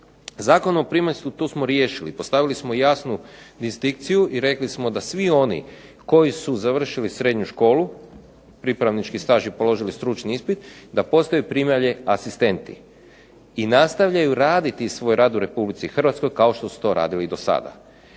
Zakon o primaljstvu tu smo riješili, postavili smo jasnu distinkciju i rekli smo da svi oni koji su završili srednju školu, pripravnički staž i položili stručni ispit da postoje primalje asistenti i nastavljaju raditi svoj rad u Republici Hrvatskoj kao što su to radili i do sada.